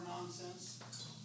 nonsense